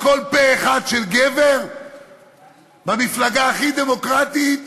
הכול פה-אחד של גבר במפלגה הכי דמוקרטית,